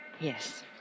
Yes